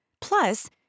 Plus